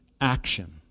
action